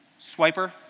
Swiper